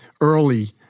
early